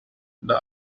the